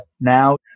now